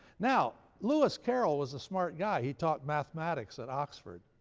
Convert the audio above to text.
now, lewis carroll was a smart guy. he taught mathematics at oxford.